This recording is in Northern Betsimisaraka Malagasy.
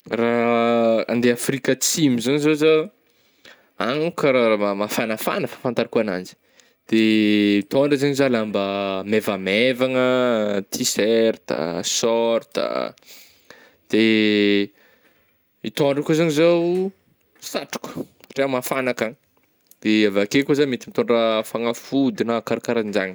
Raha andeha Afrika Atsimo zany zao zah, agny manko ka raha mafagnafagna fafantarako agnazy, dee tôndra zegny zah lamba maivamaivanga, tiserta, sôrta, de mitôndra koa zany zaho satroka satria mafagna akagny, de avy akeo koa zah mety mitôndra fagnafody na karakaranjagny.